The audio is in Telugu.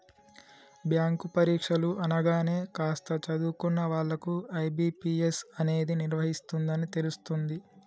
బ్యాంకు పరీక్షలు అనగానే కాస్త చదువుకున్న వాళ్ళకు ఐ.బీ.పీ.ఎస్ అనేది నిర్వహిస్తుందని తెలుస్తుంది